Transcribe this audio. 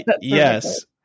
Yes